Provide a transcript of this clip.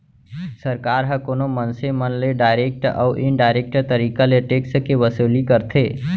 सरकार ह कोनो मनसे मन ले डारेक्ट अउ इनडारेक्ट तरीका ले टेक्स के वसूली करथे